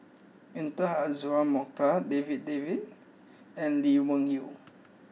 Intan Azura Mokhtar Darryl David and Lee Wung Yew